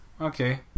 Okay